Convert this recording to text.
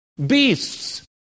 Beasts